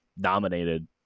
dominated